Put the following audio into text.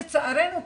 לצערנו,